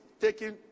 taking